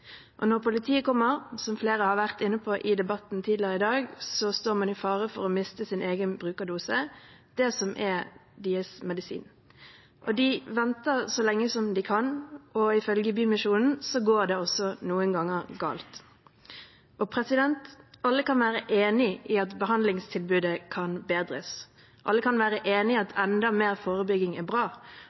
Og når politiet kommer, som flere har vært inne på i debatten tidligere i dag, står man i fare for å miste sin egen brukerdose – det som er deres medisin. Så de venter så lenge som de kan, og ifølge Bymisjonen går det også noen ganger galt. Alle kan være enig i at behandlingstilbudet kan bedres. Alle kan være enig i at enda mer forebygging er bra,